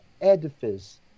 edifice